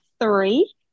three